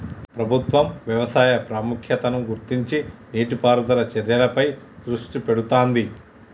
ప్రభుత్వం వ్యవసాయ ప్రాముఖ్యతను గుర్తించి నీటి పారుదల చర్యలపై దృష్టి పెడుతాంది